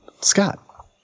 Scott